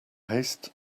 haste